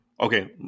okay